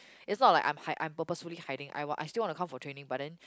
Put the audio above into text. it's not like I'm hi~ I'm purposefully hiding I want I still want to come for training but then